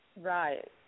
Right